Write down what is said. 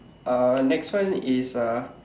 uh next one is uh